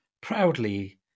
proudly